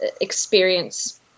experience